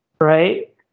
right